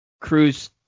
Cruz